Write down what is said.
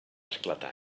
esclatar